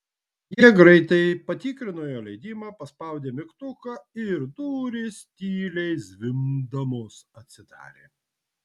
jie greitai patikrino jo leidimą paspaudė mygtuką ir durys tyliai zvimbdamos atsidarė